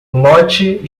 lote